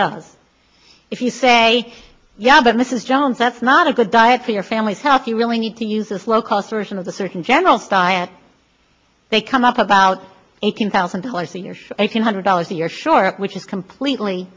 does if you say yeah but mrs jones that's not a good diet for your family's health you really need to use a slow the cost version of the surgeon general style they come up about eighteen thousand dollars a year eight hundred dollars a year sure which is completely